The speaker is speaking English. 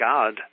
God